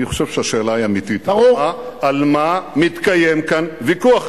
אני חושב שהשאלה היא אמיתית: על מה מתקיים כאן ויכוח,